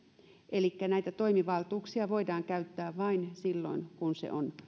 elikkä näitä toimivaltuuksia voidaan käyttää vain silloin kun se on